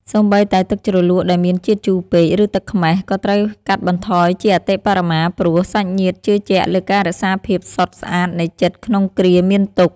សូម្បីតែទឹកជ្រលក់ដែលមានជាតិជូរពេក ឬទឹកខ្មេះក៏ត្រូវកាត់បន្ថយជាអតិបរមា ព្រោះ សាច់ញាតិជឿជាក់លើការរក្សាភាពសុទ្ធស្អាតនៃចិត្តក្នុងគ្រាមានទុក្ខ។